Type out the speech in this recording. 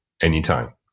anytime